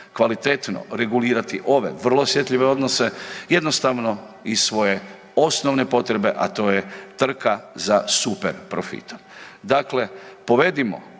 kvalitetno regulirati ove vrlo osjetljive odnose, jednostavno iz svoje osnovne potrebe, a to je trka za super profitom. Dakle, provedimo